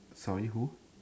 sorry who